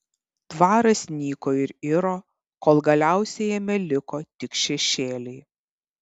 dvaras nyko ir iro kol galiausiai jame liko tik šešėliai